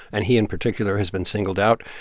and he, in particular, has been singled out.